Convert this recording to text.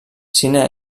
cine